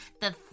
The